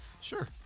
Sure